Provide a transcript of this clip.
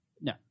No